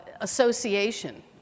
association